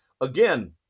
again